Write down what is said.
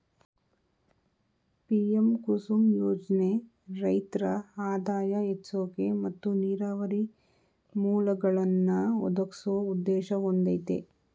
PM Kusum ಯೋಜ್ನೆ ರೈತ್ರ ಆದಾಯ ಹೆಚ್ಸೋಕೆ ಮತ್ತು ನೀರಾವರಿ ಮೂಲ್ಗಳನ್ನಾ ಒದಗ್ಸೋ ಉದ್ದೇಶ ಹೊಂದಯ್ತೆ